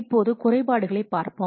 இப்போது குறைபாடுகளைப் பார்ப்போம்